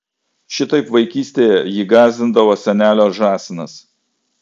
šitaip vaikystėje jį gąsdindavo senelio žąsinas